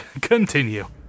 Continue